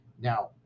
Now